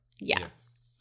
Yes